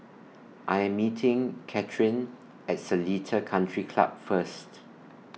I Am meeting Catherine At Seletar Country Club First